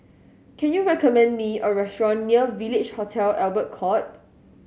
can you recommend me a restaurant near Village Hotel Albert Court